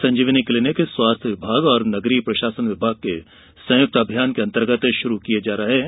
संजीवनी clinic स्वास्थ्य विभाग और नगरीय प्रशासन विभाग के संयुक्त अभियान के अंतर्गत शुरू किये जा रहे हैं